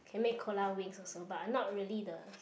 can make Cola wings also but not really the